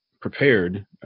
prepared